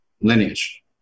lineage